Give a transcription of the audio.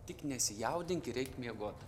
tik nesijaudink ir eik miegoti